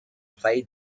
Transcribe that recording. play